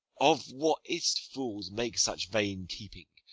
of what is t fools make such vain keeping?